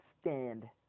stand